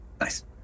Nice